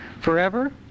forever